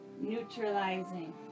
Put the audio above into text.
Neutralizing